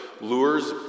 lures